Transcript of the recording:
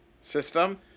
system